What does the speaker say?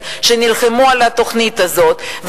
הפגנות של המדענים שנלחמו על התוכנית הזאת,